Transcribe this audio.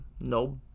No